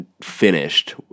finished